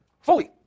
fully